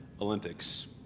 Olympics